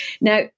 Now